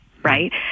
right